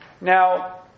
Now